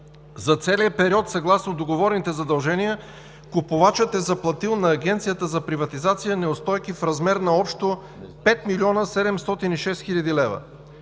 За целия период, съгласно договорените задължения, купувачът е заплатил на Агенцията за приватизация неустойки в размер на общо 5 млн. 706 хил. лв.